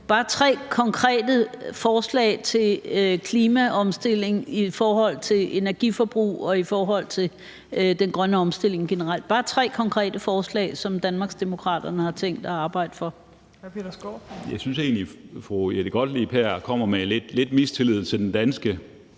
bare tre konkrete forslag til klimaomstilling i forhold til energiforbrug og i forhold til den grønne omstilling generelt – bare tre konkrete forslag, som Danmarksdemokraterne har tænkt sig at arbejde for. Kl. 15:52 Anden næstformand (Trine Torp): Hr. Peter Skaarup.